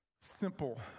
simple